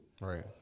Right